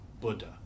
Buddha